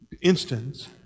instance